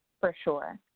for sure.